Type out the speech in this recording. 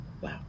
Wow